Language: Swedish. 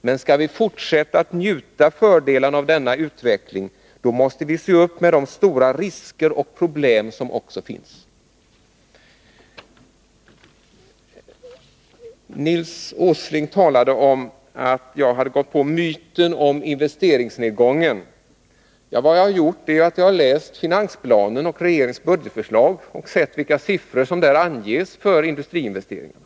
Men skall vi fortsätta att njuta fördelarna av den utvecklingen, då måste vi se upp för de stora risker och problem som också finns.” Nils Åsling talade om att jag hade gått på myten om investeringsnedgången. Ja, vad jag har gjort är att jag har läst finansplanen och regeringens budgetförslag och sett vilka siffror som där anges för industriinvesteringarna.